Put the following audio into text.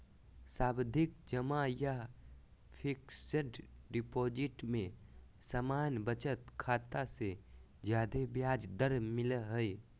सावधि जमा या फिक्स्ड डिपाजिट में सामान्य बचत खाता से ज्यादे ब्याज दर मिलय हय